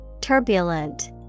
Turbulent